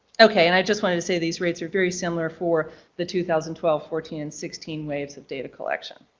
okay and i just wanted to say these rates are very similar for the two thousand and twelve, fourteen, and sixteen waves of data collection.